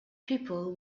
people